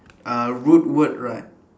uh root word right